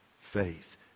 Faith